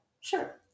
sure